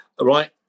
right